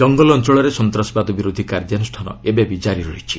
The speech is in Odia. ଜଙ୍ଗଲ ଅଞ୍ଚଳରେ ସନ୍ତାସବାଦ ବିରୋଧୀ କାର୍ଯ୍ୟାନୁଷ୍ଠାନ କାରି ରହିଛି